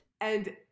And-